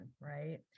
right